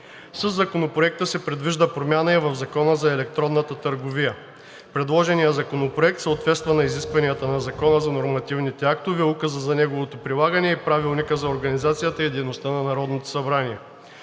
Със Законопроекта се предвижда промяна и в Закона за електронната търговия. Предложеният законопроект съответства на изискванията на Закона за нормативните актове, указа за неговото прилагане и Правилника за организацията и дейността на Народното събрание.